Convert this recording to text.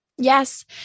Yes